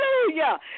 Hallelujah